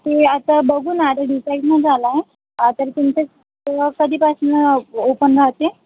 ते आता बघू ना ते डिसाईड नाही झालं आहे तर तुमचं शॉप कधीपासून ओपन राहते